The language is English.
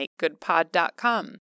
makegoodpod.com